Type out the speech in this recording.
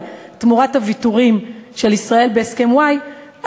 תמורת הוויתורים של ישראל בהסכם וואי,